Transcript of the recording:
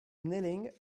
kneeling